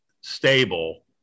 stable